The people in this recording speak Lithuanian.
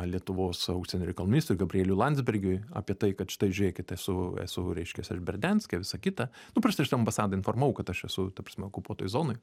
lietuvos užsienio reikalų ministrui gabrieliui landsbergiui apie tai kad štai žiūrėkit esu esu reiškias aš berdianske visa kita nu prieš tai aš tą ambasadą informavau kad aš esu ta prasme okupuotoj zonoj